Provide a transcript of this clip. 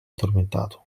addormentato